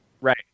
Right